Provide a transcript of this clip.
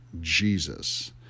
Jesus